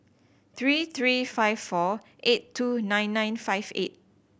three three five four eight two nine nine five eight